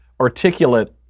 articulate